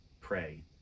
pray